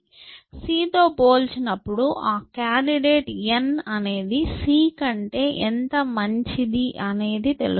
C తో పోల్చినప్పుడు ఆ కాండిడేట్n అనేది c కంటే ఎంత మంచిది అనేది తెలుస్తుంది